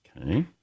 Okay